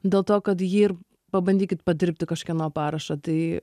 dėl to kad jį ir pabandykit padirbti kažkieno parašą tai